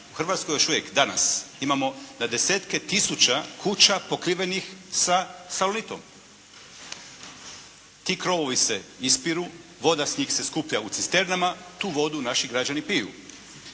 u Hrvatskoj još uvijek danas imamo na desetke tisuća kuća pokrivenih sa salonitom. Ti krovovi se ispiru. Voda s njih se skuplja u cisternama. Tu vodu naši građani piju.